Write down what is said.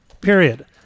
period